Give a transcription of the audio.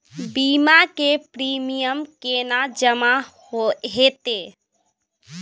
बीमा के प्रीमियम केना जमा हेते?